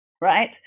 Right